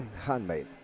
handmade